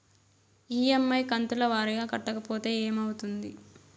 EMI కంతుల వారీగా కట్టకపోతే ఏమవుతుంది?